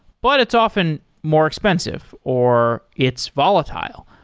but it's often more expensive or it's volatile.